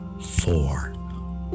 Four